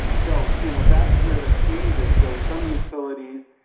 so you know that's where the change is. so some utilities,